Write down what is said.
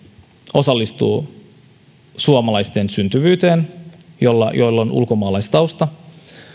osallistuu suomalaisten syntyvyyteen ja jolla on ulkomaalaistausta